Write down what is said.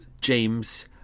James